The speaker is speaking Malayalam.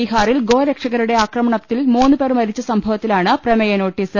ബിഹാറിൽ ഗോരക്ഷകരുടെ ആക്രമണത്തിൽ മൂന്നുപേർ മരിച്ച സംഭവത്തിലാണ് പ്രമേയ നോട്ടീസ്